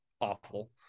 awful